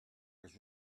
his